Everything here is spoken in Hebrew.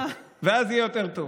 ואז יהיה יותר טוב.